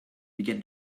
began